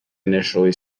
initially